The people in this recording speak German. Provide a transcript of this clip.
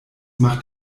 macht